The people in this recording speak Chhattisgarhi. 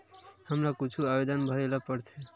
हमला कुछु आवेदन भरेला पढ़थे?